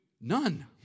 none